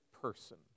person